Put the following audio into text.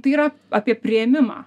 tai yra apie priėmimą